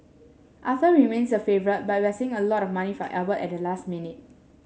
Arthur remains the favourite but we're seeing a lot of money for Albert at the last minute